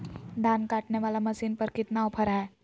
धान काटने वाला मसीन पर कितना ऑफर हाय?